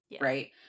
right